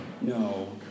No